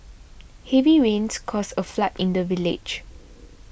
heavy rains caused a flood in the village